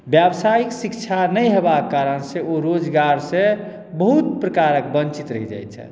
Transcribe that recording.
व्यावसायिक शिक्षा नहि हेबाके कारण से ओ रोजगार से बहुत प्रकारक वञ्चित रहि जाइ छथि